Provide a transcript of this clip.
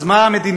אז מה המדיניות?